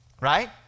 right